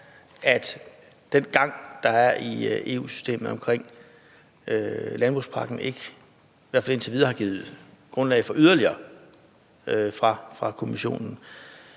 at den gang, der er i EU-systemet i forbindelse med landbrugspakken, i hvert fald indtil videre ikke har givet grundlag for yderligere fra Kommissionen.